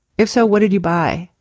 if so, what did you buy?